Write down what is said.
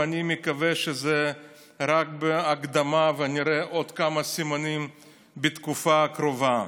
ואני מקווה שזו רק הקדמה ונראה עוד כמה סימנים בתקופה הקרובה.